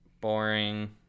boring